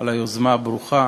על היוזמה הברוכה